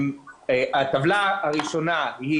הטבלה הראשונה היא